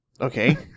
Okay